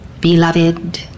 beloved